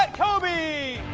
coby!